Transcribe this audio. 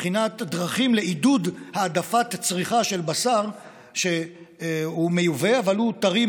דרכים לעידוד העדפת צריכה של בשר שהוא מיובא אבל טרי,